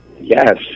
Yes